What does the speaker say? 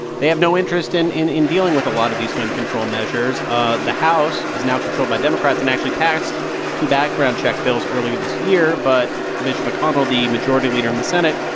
they have no interest in in dealing with a lot of these gun control measures. ah the house is now controlled by democrats and actually passed two background check bills earlier this year. but mitch mcconnell, the majority leader in the senate,